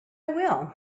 will